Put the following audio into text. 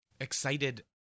excited